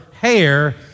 hair